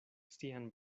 sian